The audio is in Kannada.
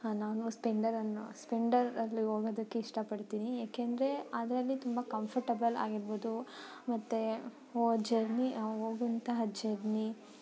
ನಾನು ಸ್ಪೆಂಡರನ್ನು ಸ್ಪೆಂಡರಲ್ಲಿ ಹೋಗೋದಕ್ ಇಷ್ಟಪಡ್ತೀನಿ ಯಾಕೆಂದರೆ ಅದರಲ್ಲಿ ತುಂಬ ಕಂಫರ್ಟಬಲ್ ಆಗಿರ್ಬೋದು ಮತ್ತು ಜರ್ನಿ ಹೋಗುವಂತಹ ಜರ್ನಿ